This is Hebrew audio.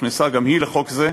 שהוכנסה גם היא לחוק זה,